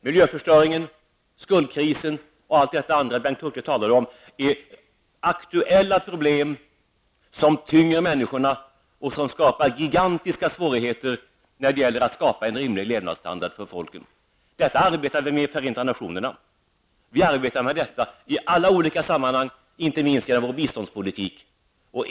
Miljöförstöringen, skuldkrisen och allt detta andra som Bengt Hurtig talade om är aktuella problem som tynger människorna och som skapar gigantiska svårigheter när det gäller att ge folken en rimlig levnadsstandard. Detta arbetar vi med i Förenta nationerna och i alla olika sammanhang inte minst när det gäller biståndspolitik.